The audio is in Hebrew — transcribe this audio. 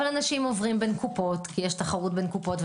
אנשים עוברים בין קופות כי יש תחרות בין קופות,